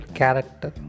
character